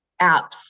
apps